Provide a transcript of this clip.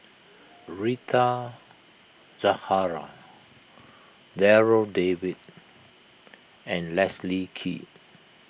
Rita Zahara Darryl David and Leslie Kee